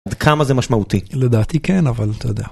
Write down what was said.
עד כמה זה משמעותי? לדעתי כן, אבל אתה יודע.